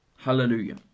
Hallelujah